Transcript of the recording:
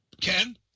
Ken